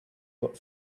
but